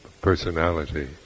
personality